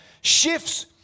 shifts